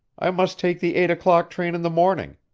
i must take the eight o'clock train in the morning.